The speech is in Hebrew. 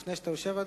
לפני שאתה יושב אתה